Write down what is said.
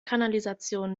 kanalisation